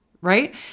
Right